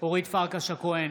אורית פרקש הכהן,